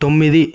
తొమ్మిది